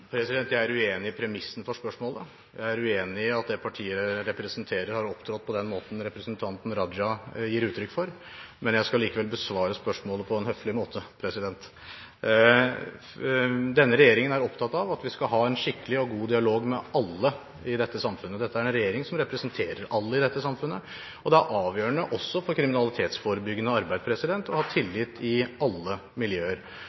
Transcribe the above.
Jeg er uenig i premissene for spørsmålet, jeg er uenig i at det partiet jeg representerer, har opptrådt på den måten representanten Raja gir uttrykk for, men jeg skal allikevel besvare spørsmålet på en høflig måte. Denne regjeringen er opptatt av at vi skal ha en skikkelig og god dialog med alle i dette samfunnet. Dette er en regjering som representerer alle i dette samfunnet, og det er avgjørende også for kriminalitetsforebyggende arbeid å ha tillit i alle miljøer.